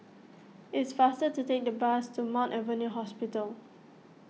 it's faster to take the bus to Mount Alvernia Hospital